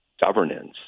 governance